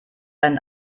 ein